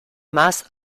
más